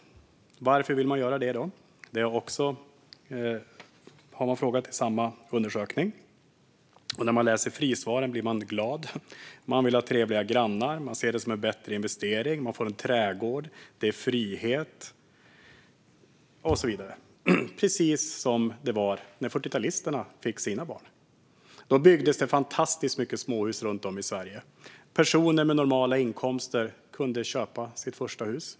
Varför vill man göra det? Det var en av frågorna i samma undersökning. Jag blir glad av att läsa frisvaren. Man vill ha trevliga grannar, man ser det som en bättre investering och man vill ha en trädgård. Det betyder frihet och så vidare. Precis på det sättet var det när 40-talisterna fick sina barn. Då byggdes det fantastiskt många småhus runt om i Sverige. Personer med normala inkomster kunde köpa sitt första hus.